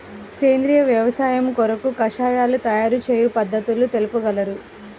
సేంద్రియ వ్యవసాయము కొరకు కషాయాల తయారు చేయు పద్ధతులు తెలుపగలరు?